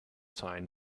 sign